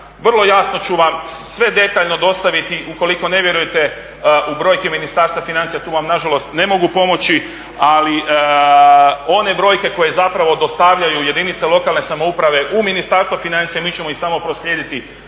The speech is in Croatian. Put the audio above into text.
vrlo jasno ću vam sve detaljno dostaviti. Ukoliko ne vjerujete u brojke Ministarstva financija tu vam nažalost ne mogu pomoći, ali one brojke koje dostavljaju jedinice lokalne samouprave u Ministarstvo financija mi ćemo ih samo proslijediti